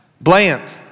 Bland